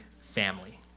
family